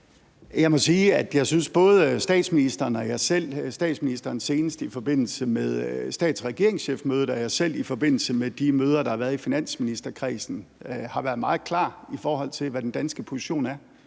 jeg synes, at både statsministeren og jeg selv – statsministeren senest i forbindelse med stats- og regeringschefmødet og jeg selv i forbindelse med de møder, der har været i finansministerkredsen – har været meget klare i forhold til, hvad den danske position er.